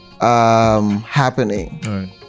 happening